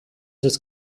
ist